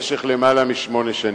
במשך למעלה משמונה שנים.